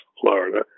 Florida